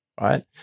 right